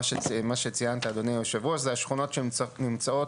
מה שציינת אדוני היו"ר, זה השכונות שנמצאות